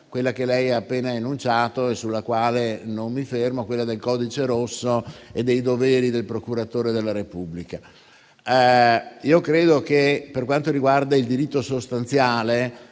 quella che lei ha appena enunciato e sulla quale non mi soffermo, relativa al Codice rosso e ai doveri del procuratore della Repubblica. Credo che per quanto riguarda il diritto sostanziale,